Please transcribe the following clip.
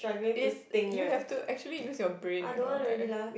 yes you have to actually use your brain you know like